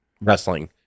wrestling